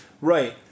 right